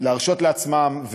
להרשות לעצמם.